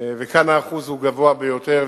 וכאן האחוז הוא גבוה ביותר,